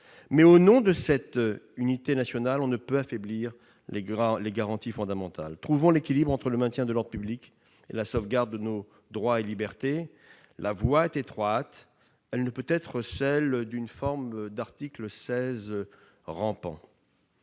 au nom de cette unité nationale, affaiblir les garanties fondamentales. Trouvons un équilibre entre le maintien de l'ordre public et la sauvegarde de nos droits et libertés. La voie est étroite ; elle ne saurait en tout cas être celle d'une application rampante